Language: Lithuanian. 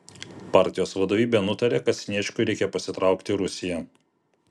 partijos vadovybė nutarė kad sniečkui reikia pasitraukti į rusiją